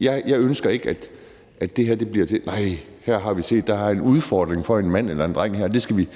Jeg ønsker ikke, at det her bliver til, at der her er en udfordring for en mand eller en dreng, og det skal vi